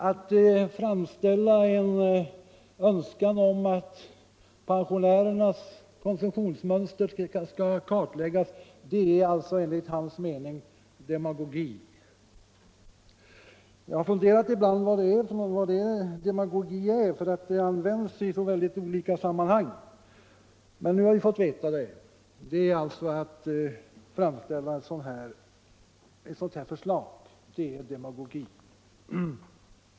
Att framställa en önskan om att pensionärernas konsumtionsmönster skall kartläggas är alltså enligt hans mening demagogi. Jag har ibland funderat över vad demagogi är — det används i så olika sammanhang. Men nu har vi fått veta det: Det är alltså att framställa ett sådant här förslag. Det är demagogi.